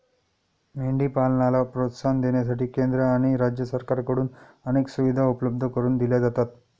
मेंढी पालनाला प्रोत्साहन देण्यासाठी केंद्र आणि राज्य सरकारकडून अनेक सुविधा उपलब्ध करून दिल्या जातात